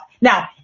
Now